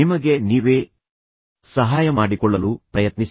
ನಿಮಗೆ ನೀವೇ ಸಹಾಯ ಮಾಡಿಕೊಳ್ಳಲು ಪ್ರಯತ್ನಿಸಿ